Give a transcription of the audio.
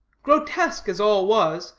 grotesque as all was,